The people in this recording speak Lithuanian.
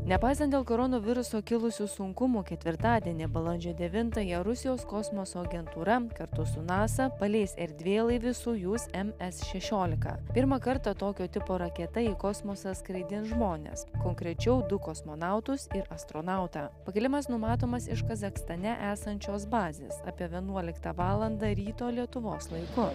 nepaisant dėl koronaviruso kilusių sunkumų ketvirtadienį balandžio devintąją rusijos kosmoso agentūra kartu su nasa paleis erdvėlaivį sojuz m s šešiolika pirmą kartą tokio tipo raketa į kosmosą skraidins žmones konkrečiau du kosmonautus ir astronautą pakilimas numatomas iš kazachstane esančios bazės apie vienuoliktą valandą ryto lietuvos laiku